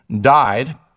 died